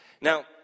Now